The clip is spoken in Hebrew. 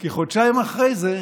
כי חודשיים אחרי זה,